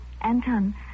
Anton